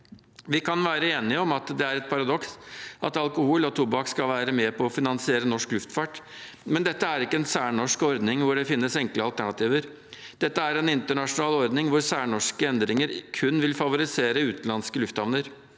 Vi kan være enige om at det er et paradoks at alkohol og tobakk skal være med på å finansiere norsk luftfart, men dette er ikke en særnorsk ordning hvor det finnes enkle alternativer. Dette er en internasjonal ordning hvor særnorske endringer kun vil favorisere utenlandske lufthavner.